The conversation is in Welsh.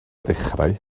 dechrau